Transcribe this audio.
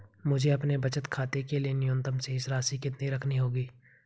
मुझे अपने बचत खाते के लिए न्यूनतम शेष राशि कितनी रखनी होगी?